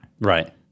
right